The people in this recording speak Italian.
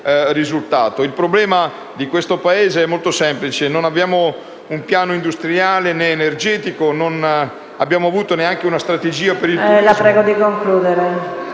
Il problema di questo Paese è molto semplice: non abbiamo un piano industriale, né energetico. Non abbiamo avuto neanche una strategia per il turismo...